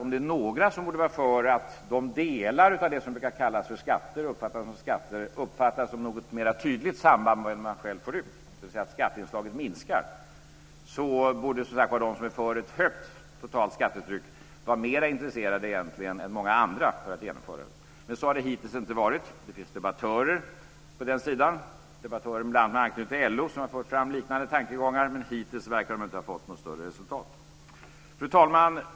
Om det är några som är för att de delar av det som brukar kallas skatter uppfattas som skatter och uppfattas ha ett mera tydligt samband med vad man själv får ut, dvs. att skatteinslaget minskar, borde de som är för ett högt totalt skattetryck vara mera intresserade än många andra av att genomföra det. Så har det hittills inte varit. Det finns debattörer på den sidan, bl.a. med anknytning till LO, som har framfört liknande tankegångar, men hittills verkar det inte ha fått något större resultat. Fru talman!